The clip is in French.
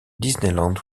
disneyland